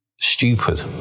stupid